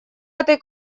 этой